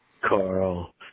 Carl